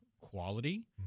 quality